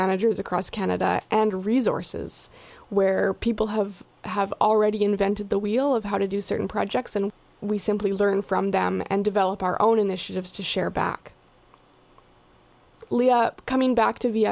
managers across canada and resources where people have have already invented the wheel of how to do certain projects and we simply learn from them and develop our own initiatives to share back coming back to